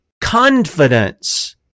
confidence